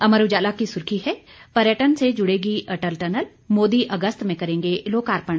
अमर उजाला की सुर्खी है पर्यटन से जुड़ेगी अटल टनल मोदी अगस्त में करेंगे लोकार्पण